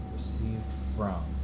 recieved from.